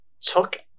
took